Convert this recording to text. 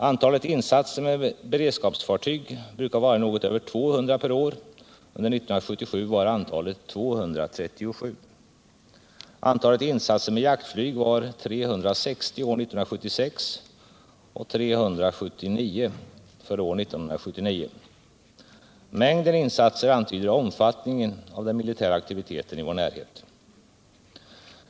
Antalet insatser med beredskapsfartyg brukar vara något över 200 per år, under 1977 var antalet 237. Antalet insatser med jaktflyg var 360 år 1976 och 379 år 1977. Mängden insatser antyder omfattningen av den militära aktiviteten i vår närhet.